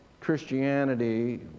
Christianity